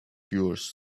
yours